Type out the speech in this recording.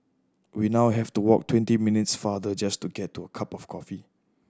we now have to walk twenty minutes farther just to get a cup of coffee